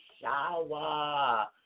shower